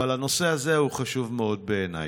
אבל הנושא הזה הוא חשוב מאוד בעיניי.